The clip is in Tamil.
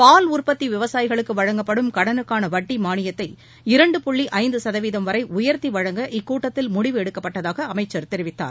பால் உற்பத்தி விவசாயிகளுக்கு வழங்கப்படும் கடனுக்கான வட்டி மானியத்தை இரண்டு புள்ளி ஐந்து சதவீதம் வரை உயர்த்தி வழங்க இக்கூட்டத்தில் முடிவு எடுக்கப்பட்டதாக அமைச்சர் தெரிவித்தார்